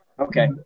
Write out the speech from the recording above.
Okay